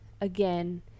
again